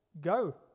go